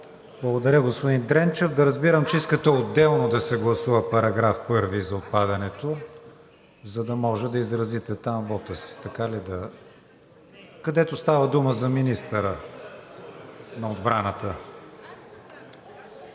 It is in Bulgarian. Благодаря, господин Дренчев. Да разбирам, че искате отделно да се гласува § 1 за отпадането, за да може да изразите там вота си? Така ли да... Където става дума за министъра на отбраната?